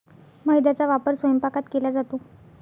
मैद्याचा वापर स्वयंपाकात केला जातो